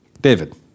David